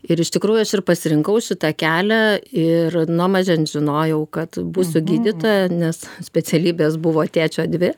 ir iš tikrųjų aš ir pasirinkau šitą kelią ir nuo mažens žinojau kad būsiu gydytoja nes specialybės buvo tėčio dvi